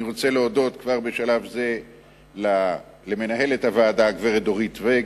אני רוצה להודות כבר בשלב זה למנהלת הוועדה הגברת דורית ואג,